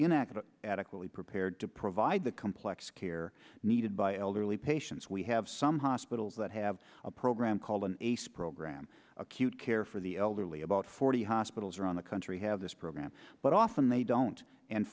inadequately adequately prepared to provide the complex care needed by elderly patients we have some hospitals that have a program called an ace program acute care for the elderly about forty hospitals around the country have this program but often they don't and